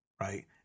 right